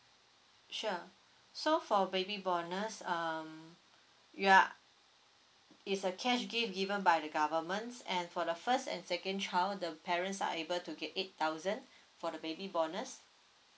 sure so for baby bonus um you're is a cash gift given by the government and for the first and second child the parents are able to get eight thousand for the baby bonus